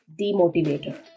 demotivator